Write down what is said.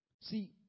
See